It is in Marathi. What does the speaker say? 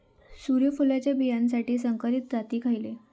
सूर्यफुलाच्या बियानासाठी संकरित जाती खयले?